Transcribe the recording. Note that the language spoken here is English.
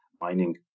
mining